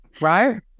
Right